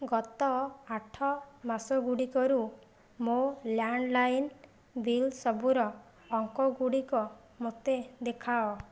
ଗତ ଆଠ ମାସ ଗୁଡ଼ିକରୁ ମୋ ଲ୍ୟାଣ୍ଡଲାଇନ୍ ବିଲ୍ ସବୁର ଅଙ୍କ ଗୁଡ଼ିକ ମୋତେ ଦେଖାଅ